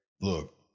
look